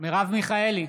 מרב מיכאלי,